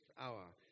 hour